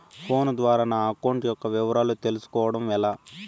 Phone ద్వారా నా account యొక్క వివరాలు తెలుస్కోవడం ఎలా?